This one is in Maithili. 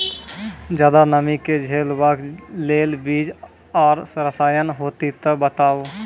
ज्यादा नमी के झेलवाक लेल बीज आर रसायन होति तऽ बताऊ?